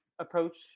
approach